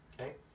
Okay